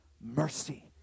mercy